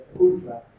Ultra